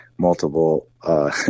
Multiple